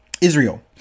Israel